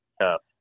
tough